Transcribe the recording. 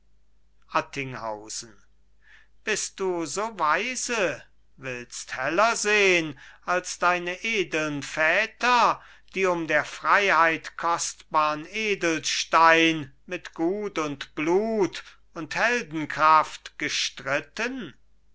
bist du so weise willst heller sehn als deine edeln väter die um der freiheit kostbarn edelstein mit gut und blut und heldenkraft gestritten